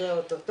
יקרה בקרוב.